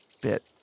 bit